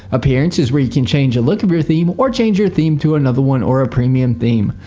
appearance is where you can change the look of your theme or change your theme to another one or a premium theme.